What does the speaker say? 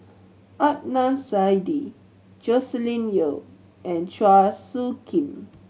Adnan Saidi Joscelin Yeo and Chua Soo Khim